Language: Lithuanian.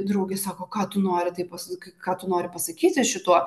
draugė sako ką tu nori tai pasak ką tu nori pasakyti šituo